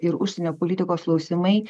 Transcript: ir užsienio politikos klausimai